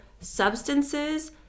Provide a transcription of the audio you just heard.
substances